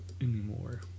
anymore